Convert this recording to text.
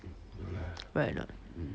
right not